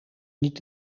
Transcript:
niet